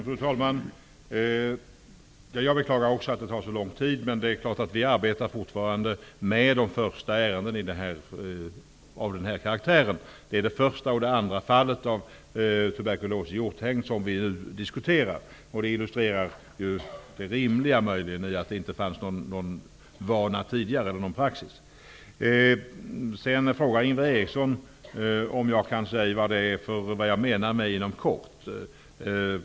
Fru talman! Jag beklagar också att det tar så lång tid. Vi arbetar fortfarande med de första ärendena av denna karaktär. Vi diskuterar nu det första och det andra fallet av tuberkulos i hjorthägn. Det illustrerar det rimliga i att det inte finns någon vana eller praxis sedan tidigare. Vidare frågar Ingvar Eriksson vad jag menar med ''inom kort''.